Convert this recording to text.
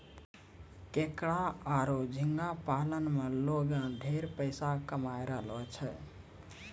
केकड़ा आरो झींगा पालन में लोगें ढेरे पइसा कमाय रहलो छै